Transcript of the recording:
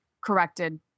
corrected